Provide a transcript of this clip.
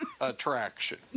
attraction